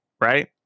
Right